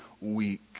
weak